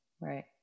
Right